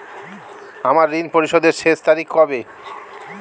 আমার ঋণ পরিশোধের শেষ তারিখ কবে?